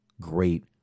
great